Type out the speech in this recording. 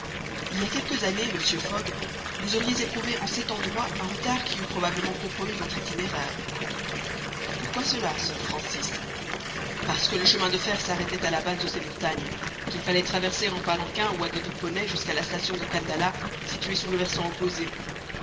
il y a quelques années monsieur fogg vous auriez éprouvé en cet endroit un retard qui eût probablement compromis votre itinéraire pourquoi cela sir francis parce que le chemin de fer s'arrêtait à la base de ces montagnes qu'il fallait traverser en palanquin ou à dos de poney jusqu'à la station de kandallah située sur le versant opposé